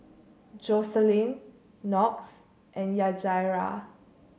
Joselin Knox and Yajaira